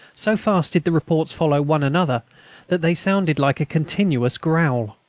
so fast did the reports follow one another that they sounded like a continuous growl.